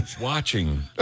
watching